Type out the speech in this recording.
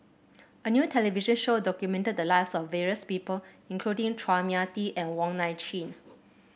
a new television show documented the lives of various people including Chua Mia Tee and Wong Nai Chin